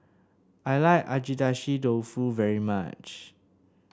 I like Agedashi Dofu very much